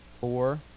four